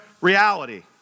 reality